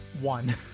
One